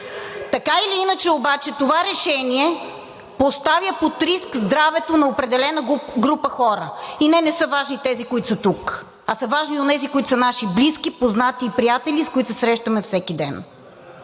Така или иначе, обаче това решение поставя под риск здравето на определена група хора. И не, не са важни тези, които са тук, а са важни онези, които са наши близки, познати и приятели, с които се срещаме всеки ден.